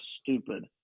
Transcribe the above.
stupid